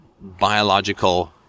biological